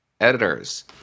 editors